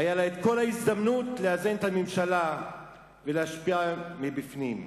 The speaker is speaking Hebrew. היתה לה כל ההזדמנות לאזן את הממשלה ולהשפיע מבפנים.